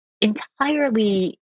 entirely